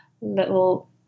little